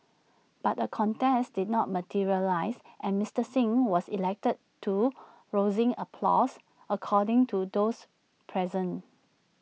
but A contest did not materialise and Mister Singh was elected to rousing applause according to those present